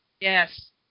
Yes